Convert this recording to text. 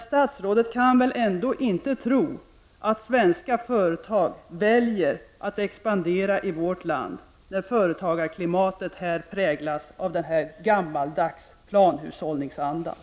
Statsrådet tror tydligen, av hans anförande att döma, att den näringspolitiska inställning han har och den politik som han driver främjar svenskt näringsliv, ekonomi och sysselsättning.